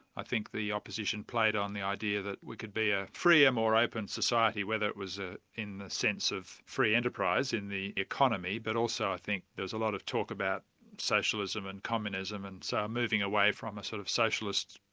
i think the opposition played on the idea idea that we could be a freer, more open society whether it was ah in the sense of free enterprise in the economy, but also i think there was a lot of talk about socialism and communism and so moving away from a sort of socialist,